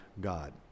God